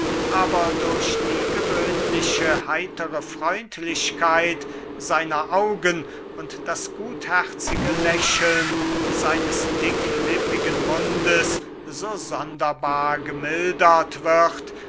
aber durch die gewöhnliche heitere freundlichkeit seiner augen und das gutherzige lächeln seines dicklippigen mundes so sonderbar gemildert wird